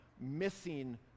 missing